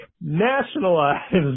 Nationalized